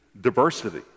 diversity